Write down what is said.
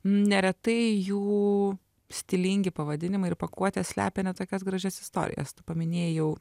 neretai jų stilingi pavadinimai ir pakuotės slepia ne tokias gražias istorijas tu paminėjai jau